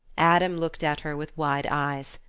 adam looked at her with wide eyes.